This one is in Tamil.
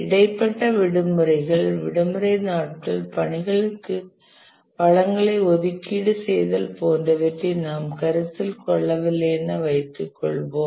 இடைப்பட்ட விடுமுறைகள் விடுமுறை நாட்கள் பணிகளுக்கு வளங்களை ஒதுக்கீடு செய்தல் போன்றவற்றை நாம் கருத்தில் கொள்ளவில்லை என வைத்துக்கொள்வோம்